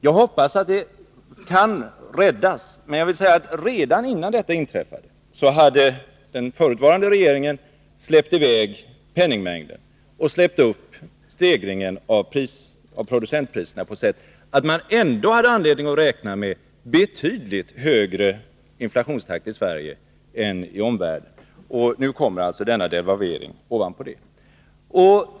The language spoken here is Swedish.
Jag hoppas att prisutvecklingen kan räddas, men jag vill påminna om att redan innan allt detta inträffade hade den förutvarande regeringen släppt i väg penningmängden och släppt upp stegringen av producentpriserna på ett sådant sätt att man ändå hade anledning att räkna med betydligt högre inflationstakt i Sverige än i omvärlden. Nu kommer alltså denna devalvering ovanpå det.